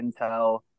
intel